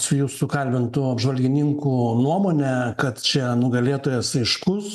su jūsų kalbintų apžvalgininkų nuomone kad čia nugalėtojas aiškus